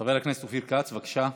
חבר הכנסת אופיר כץ, בבקשה.